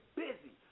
busy